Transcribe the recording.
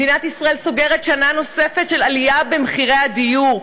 מדינת ישראל סוגרת שנה נוספת של עלייה במחירי הדיור,